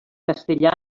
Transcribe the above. castellà